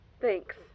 Thanks